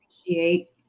appreciate